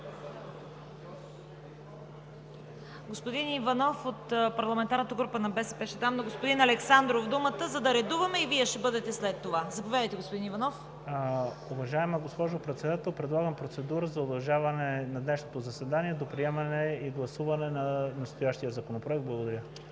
Господин Иванов, от парламентарната група на БСП ще дам на господин Александров думата, за да редуваме и Вие ще бъдете след това. Заповядайте, господин Иванов. СТАНИСЛАВ ИВАНОВ (ГЕРБ): Уважаема госпожо Председател, предлагам процедура за удължаване на днешното заседание до приемане и гласуване на настоящия Законопроект. Благодаря.